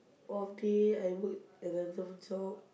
off day I work another job